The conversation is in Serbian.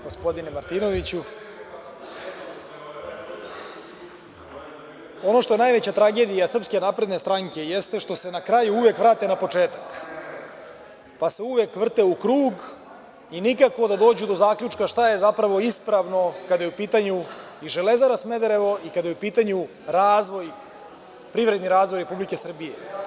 Gospodine Martinoviću, ono što je najveća tragedija SNS jeste što se na kraju uvek vrate na početak, pa se uvek vrte u krug i nikako da dođu do zaključka šta je zapravo ispravno kada je u pitanju i Železara Smederevo i kada je u pitanju privredni razvoj Republike Srbije.